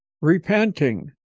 repenting